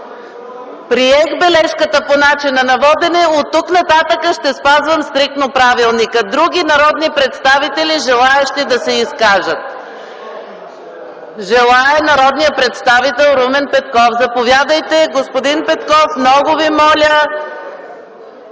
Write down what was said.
Приех бележката по начина на водене, оттук-нататък ще спазвам стриктно правилника. Други народни представители, желаещи да се изкажат? Желае народният представител Румен Петков. Заповядайте, господин Петков. МИХАИЛ МИКОВ